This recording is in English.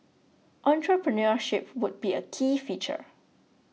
entrepreneurship would be a key feature